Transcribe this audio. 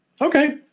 Okay